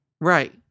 Right